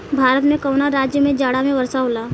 भारत के कवना राज्य में जाड़ा में वर्षा होला?